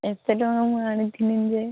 ଏତେଟଙ୍କା ମୁଁ ଆଣିଥିଲିନି ଯେ